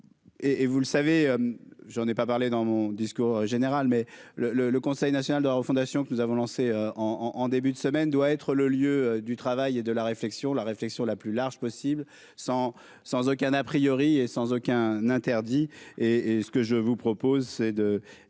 et, vous le savez, j'en ai pas parlé dans mon discours général mais le le le Conseil national de la refondation que nous avons lancé en en début de semaine, doit être le lieu du travail et de la réflexion, la réflexion la plus large possible sans sans aucun a priori et sans aucun interdit et est-ce que je vous propose, c'est de